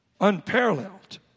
unparalleled